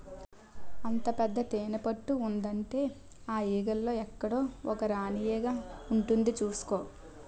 అంత పెద్ద తేనెపట్టు ఉందంటే ఆ ఈగల్లో ఎక్కడో ఒక రాణీ ఈగ ఉంటుంది చూసుకో